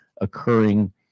occurring